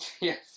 Yes